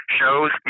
shows